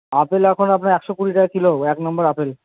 apple এখন আপনার একশো কুড়ি টাকা কিলো এক নম্বর আপেল